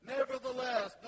Nevertheless